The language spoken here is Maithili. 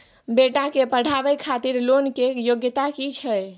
बेटा के पढाबै खातिर लोन के योग्यता कि छै